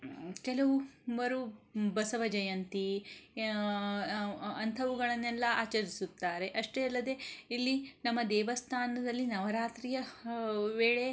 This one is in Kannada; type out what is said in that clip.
ಕೆಲವು ಮರು ಬಸವ ಜಯಂತಿ ಅಂಥವುಗಳನ್ನೆಲ್ಲ ಆಚರಿಸುತ್ತಾರೆ ಅಷ್ಟೇ ಅಲ್ಲದೇ ಇಲ್ಲಿ ನಮ್ಮ ದೇವಸ್ಥಾನದಲ್ಲಿ ನವರಾತ್ರಿಯ ವೇಳೆ